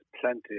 plenty